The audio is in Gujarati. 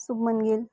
શુભમન ગિલ